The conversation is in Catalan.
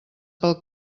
pel